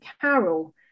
Carol